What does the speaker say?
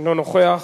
אינו נוכח,